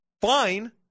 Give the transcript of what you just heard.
Fine